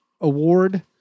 Award